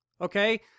okay